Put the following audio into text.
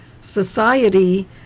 society